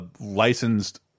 licensed